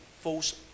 false